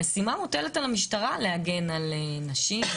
המשימה מוטלת על המשטרה להגן על נשים,